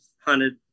hunted